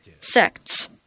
sects